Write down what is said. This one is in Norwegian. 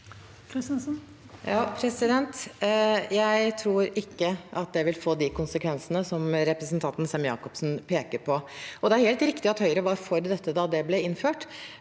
Jeg tror ikke at det vil få de konsekvensene som representanten Sem-Jacobsen peker på. Det er helt riktig at Høyre var for dette da det ble innført,